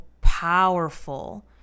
powerful